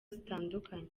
zitandukanye